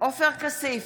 עופר כסיף,